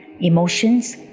Emotions